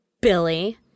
Billy